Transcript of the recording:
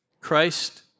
Christ